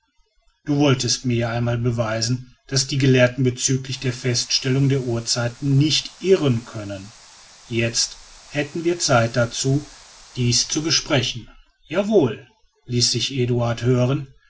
du wolltest mir ja einmal beweisen daß die gelehrten bezüglich der feststellung der urzeiten nicht irren können jetzt hätten wir zeit dazu dies zu besprechen jawohl ließ sich eduard hören